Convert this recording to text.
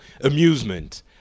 amusement